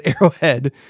arrowhead